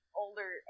older